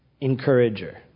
encourager